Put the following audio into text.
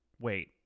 Wait